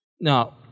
Now